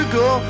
go